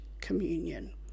communion